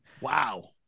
Wow